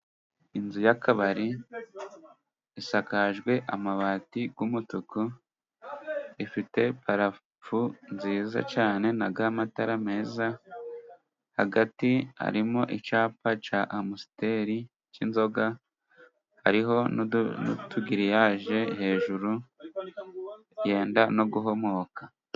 Inzu y'akabari isakajwe amabati y'umutuku ifite parafo nziza cyane, na ya matara meza hagati harimo icyapa cya Amusiteri cy'inzoga, hariho utugiriyaje hejuru yenda no guhomoka.